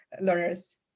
learners